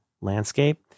landscape